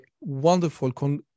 wonderful